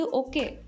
okay